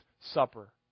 Supper